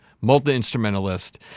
multi-instrumentalist